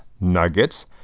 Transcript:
nuggets